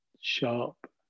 Sharp